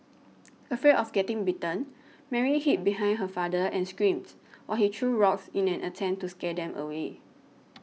afraid of getting bitten Mary hid behind her father and screamed while he threw rocks in an attempt to scare them away